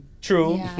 True